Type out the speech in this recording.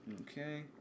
Okay